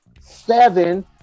Seven